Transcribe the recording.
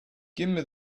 gimme